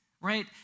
right